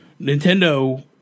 Nintendo